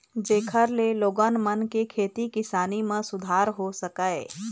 जेखर ले लोगन मन के खेती किसानी म सुधार हो सकय